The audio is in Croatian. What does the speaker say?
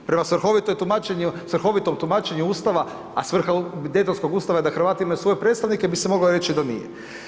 Prema svrhovitom tumačenju Ustava, a svrha Dejtonskog ustava je da Hrvati imaju svoje predstavnike, bi se moglo reći da nije.